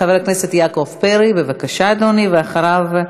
חבר הכנסת יעקב פרי, בבקשה, אדוני, ואחריו,